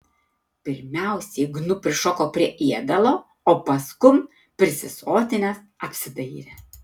pirmiausiai gnu prišoko prie ėdalo o paskum prisisotinęs apsidairė